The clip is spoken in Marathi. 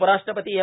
उपराष्ट्रपती एम